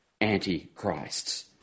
Antichrists